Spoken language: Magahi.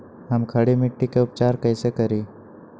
हम खड़ी मिट्टी के उपचार कईसे करी?